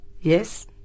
Yes